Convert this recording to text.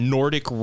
Nordic